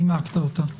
נימקת אותה.